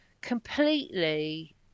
completely